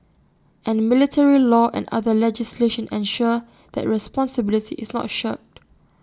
and military law and other legislation ensure that responsibility is not shirked